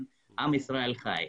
עם ישראל חי.